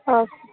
okay